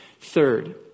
Third